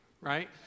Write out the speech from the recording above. right